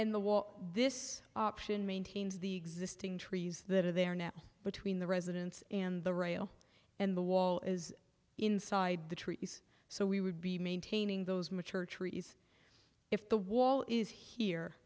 wall this option maintains the existing trees that are there now between the residence and the rail and the wall is inside the treaties so we would be maintaining those mature trees if the wall is here